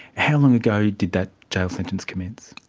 how long ago did that jail sentence commence?